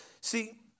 See